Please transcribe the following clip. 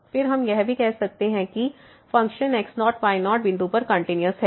फिर हम यह भी कह सकते हैं कि फ़ंक्शन x0 y0 बिंदु पर कंटिन्यूस है